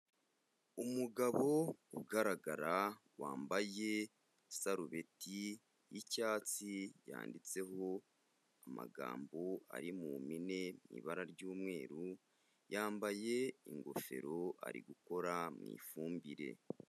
Umugabo ugaragara wambaye isarubeti y'icyatsi yanditseho amagambo ari mu mpine mu ibara ry'umweru, yambaye ingofero ari gukora mu ifumbire.